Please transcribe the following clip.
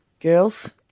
Girls